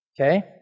Okay